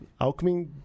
Alckmin